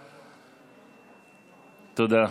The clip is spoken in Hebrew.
תודה.